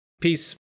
Peace